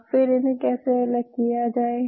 अब फिर इन्हे कैसे अलग किया जाए